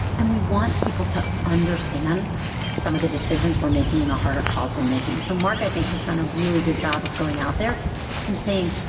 and we want people to understand some of the decisions we're making and the harder calls we're making. so mark, i think, has done a really good job of going out there and saying,